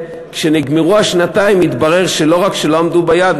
כשנגמרו השנתיים התברר שלא רק שלא עמדו ביעד,